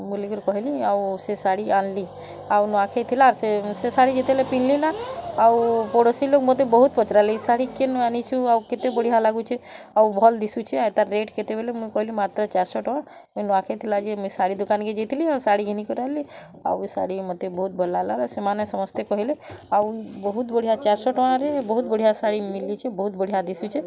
ବୋଲିକରି କହିଲି ଆଉ ସେ ଶାଢ଼ୀ ଆନ୍ଲି ଆଉ ନୂଆଁଖାଇ ଥିଲା ଆର୍ ସେ ସେ ଶାଢ଼ୀ ଯେତେବେଳେ ପିନ୍ଧିଲି ନା ଆଉ ପଡ଼ୋଶୀ ଲୋକ୍ ମତେ ବହୁତ୍ ପଚରାଲେ ଏ ଶାଢ଼ୀ କେନୁ ଆଣିଛୁ ଆଉ କେତେ ବଢ଼ିଆ ଲାଗୁଛେ ଆଉ ଭଲ୍ ଦିଶୁଛେ ଆର୍ ତାର୍ ରେ୍ଟ କେତେ ବେଳେ ମୁଁ କହିଲି ମାତ୍ର ଚାରିଶହ ଟଙ୍କା ନୂଆଁଖାଇ ଥିଲା ଯେ ମୁଇଁ ଶାଢ଼ୀ ଦୋକାନ୍କେ ଯାଇଥିଲି ଆଉ ଶାଢ଼ୀ ଘିନିକରି ଆଇଲି ଆଉ ଏ ଶାଢ଼ୀ ମୋତେ ବହୁତ୍ ଭଲ୍ ଲାଗଲା ଆରୁ ସେମାନେ ସମସ୍ତେ କହିଲେ ଆଉ ବହୁତ୍ ବଢ଼ିଆ ଚାର୍ ଶହ ଟଙ୍କାରେ ବହୁତ୍ ବଢ଼ିଆ ଶାଢ଼ୀ ମିଲିଛେ ବହୁତ୍ ବଢ଼ିଆ ଦିସୁଛେ